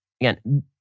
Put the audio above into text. Again